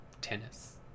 tennis